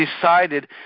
decided